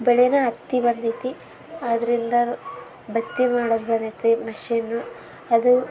ಬೆಳೆನ ಹತ್ತಿ ಬಂದೈತಿ ಅದರಿಂದ ಬತ್ತಿ ಮಾಡೋದು ಬಂದೈತಿ ಮಷಿನು ಅದು